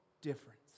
difference